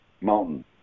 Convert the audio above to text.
Mountain